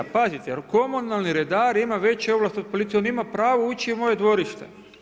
Pazite, jer komunalni redar ima veće ovlasti od policije, on ima pravo ući u moje dvorište.